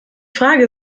frage